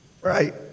right